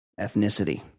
ethnicity